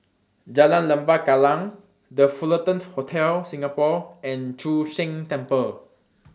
Jalan Lembah Kallang The Fullerton Hotel Singapore and Chu Sheng Temple